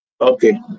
okay